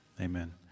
Amen